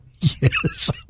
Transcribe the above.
yes